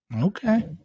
Okay